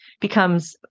becomes